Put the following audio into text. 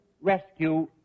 rescue